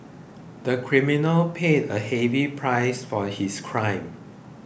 the criminal paid a heavy price for his crime